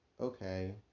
okay